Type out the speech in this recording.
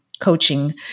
Coaching